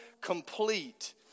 complete